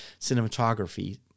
cinematography